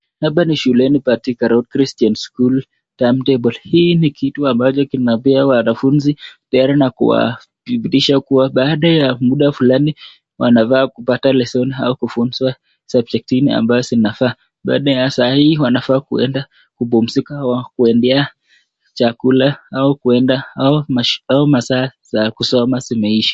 Hapa ni shuleni Patrica Road Christian School, timetable hii ni kitu ambacho kinabewa wanafunzi tele na kuwathibitisha kuwa baada ya muda fulani wanafaa kupata lesson au kufunzwa subject hii ambayo zinafaa. Baada ya saa hii wanafaa kuenda kubomzika kuendea chakula au kuenda au masaa za kusoma zimeisha.